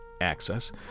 Access